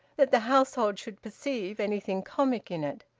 that the household should perceive anything comic in it.